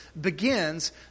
begins